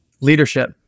Leadership